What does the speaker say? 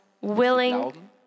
willing